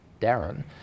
Darren